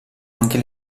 anche